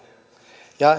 ja